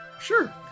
Sure